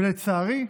לצערי,